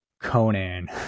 Conan